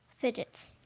Fidgets